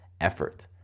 effort